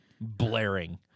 blaring